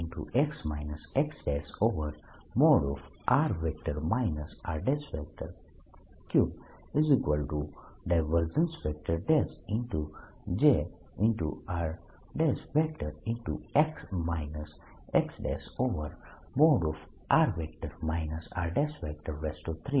Jr x x|r r|3Jr